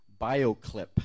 Bioclip